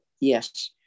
yes